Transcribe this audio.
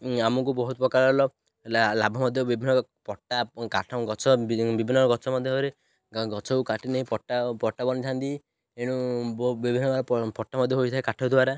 ଆମକୁ ବହୁତ ପ୍ରକାର ଲାଭ ମଧ୍ୟ ବିଭିନ୍ନ ପଟ୍ଟା କାଠ ଗଛ ବିଭିନ୍ନ ଗଛ ମଧ୍ୟରେ ଗଛକୁ କାଟି ନେଇ ପଟ୍ଟା ପଟ୍ଟା ବନିଥାନ୍ତି ଏଣୁ ବିଭିନ୍ନ ପ୍ରକାର ପଟ୍ଟା ମଧ୍ୟ ହୋଇଥାଏ କାଠ ଦ୍ୱାରା